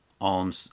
on